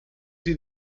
see